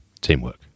teamwork